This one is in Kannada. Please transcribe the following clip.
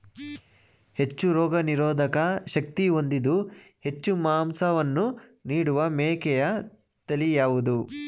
ಹೆಚ್ಚು ರೋಗನಿರೋಧಕ ಶಕ್ತಿ ಹೊಂದಿದ್ದು ಹೆಚ್ಚು ಮಾಂಸವನ್ನು ನೀಡುವ ಮೇಕೆಯ ತಳಿ ಯಾವುದು?